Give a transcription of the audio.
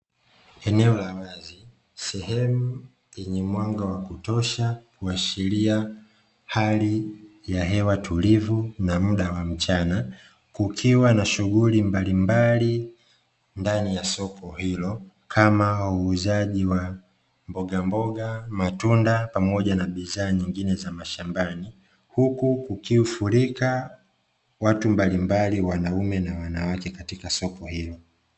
Eneo la wazi, sehemu yenye mwanga wa kutosha, kuashiria hali ya hewa tulivu na muda wa mchana, kukiwa na shughuli mbalimbali ndani ya soko hilo kama wauzaji wa mbogamboga, matunda pamoja na bidhaa nyingine za mashambani, huku kukifurika watu mbalimbali wanaume na wanawake katika soko hilo.